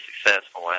successful